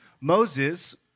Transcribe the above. Moses